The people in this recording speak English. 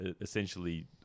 essentially